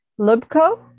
Lubko